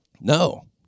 No